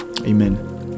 Amen